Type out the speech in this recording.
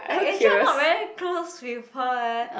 I actually I'm not very close with her eh